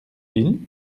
ils